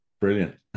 Brilliant